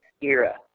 era